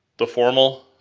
the formal?